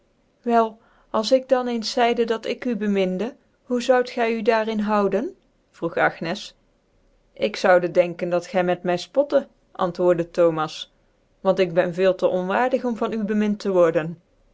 wel als ik dan cens zyde dat ik u bemin jc hoe zou j gv daar in houden vroeg agnes ik zoude denken dat gy in t m f potte antwoprde thomas j want ik ben veel tc onwaardig onj van u bemind te wordca